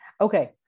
Okay